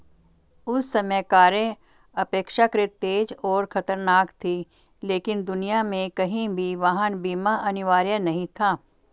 उस समय कारें अपेक्षाकृत तेज और खतरनाक थीं, लेकिन दुनिया में कहीं भी वाहन बीमा अनिवार्य नहीं था